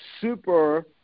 Super